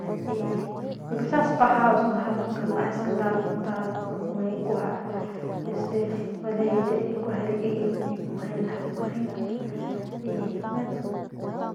Y mjau spajaus meje dameusk nda nda laui kueje este baledat kueje liyet nip mje nep njendat y gueno.